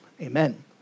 Amen